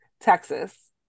Texas